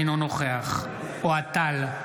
אינו נוכח אוהד טל,